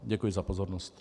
Děkuji za pozornost.